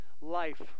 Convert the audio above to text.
life